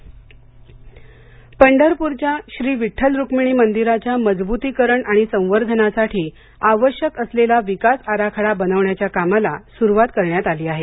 पंढरपूर पंढरप्रच्या श्री विठ्ठल रुक्मिणी मंदिराच्या मजबुतीकरण आणि संवर्धनासाठी आवश्यक असलेला विकास आराखडा बनवण्याच्या कामाला सुरुवात करण्यात आली आहे